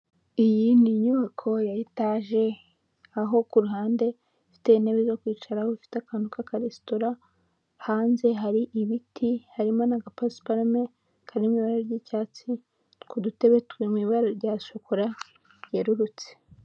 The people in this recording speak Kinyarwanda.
Iyi ni inyubako ya etage aho ku ruhande ifite intebe zo kwicaraho, ifite akantu k'aka resitora. Hanze hari ibiti harimo n'agapasiparume karimo ibara ry'icyatsi, ku dutebe turi mu ibara rya shokora ryerurutse.